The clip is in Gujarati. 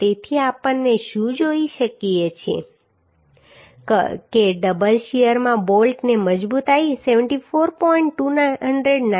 તેથી આપણે શું જોઈ શકીએ છીએ કે ડબલ શીયરમાં બોલ્ટની મજબૂતાઈ 74